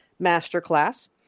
Masterclass